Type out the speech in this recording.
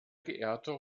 geehrter